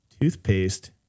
toothpaste